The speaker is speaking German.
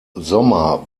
sommer